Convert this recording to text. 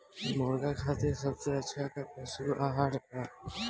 मुर्गा खातिर सबसे अच्छा का पशु आहार बा?